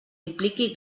impliqui